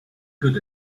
good